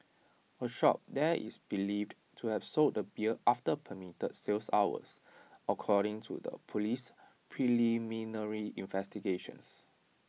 A shop there is believed to have sold the beer after permitted sales hours according to the police's preliminary investigations